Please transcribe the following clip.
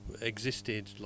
existed